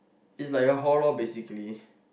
it's like your hall lor basically